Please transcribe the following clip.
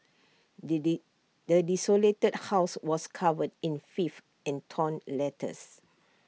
the desolated house was covered in filth and torn letters